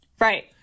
Right